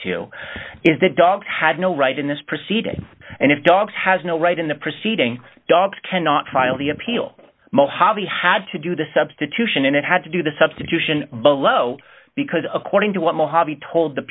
to is that dogs had no right in this proceeding and if dogs has no right in the proceeding dogs cannot file the appeal mojave had to do the substitution and it had to do the substitution below because according to what mojave told the